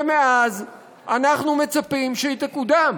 ומאז אנחנו מצפים שהיא תקודם.